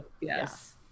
Yes